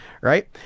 Right